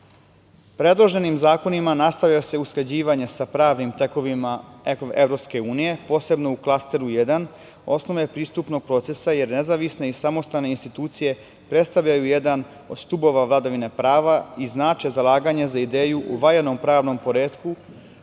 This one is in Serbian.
stvarnosti. Predloženim zakonima nastavlja se usklađivanje sa pravnim tekovinama EU, posebno u Klasteru 1 – osnove pristupnog procesa, jer nezavisne i samostalne institucije predstavljaju jedan od stubova vladavine prava i znače zalaganje za ideju u valjanom pravnom poretku,